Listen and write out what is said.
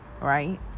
right